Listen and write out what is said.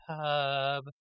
pub